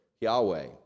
Yahweh